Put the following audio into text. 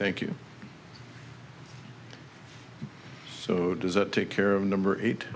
thank you so does that take care of number eight